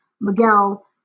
Miguel